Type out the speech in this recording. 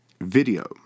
video